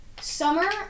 Summer